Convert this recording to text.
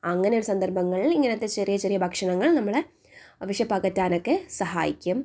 അങ്ങനെ ഒരു സന്ദർഭങ്ങളിൽ ഇങ്ങനയുള്ള ചെറിയ ചെറിയ ഭക്ഷണങ്ങൾ നമ്മുടെ വിശപ്പകറ്റാനൊക്കെ സഹായിക്കും